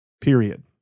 Period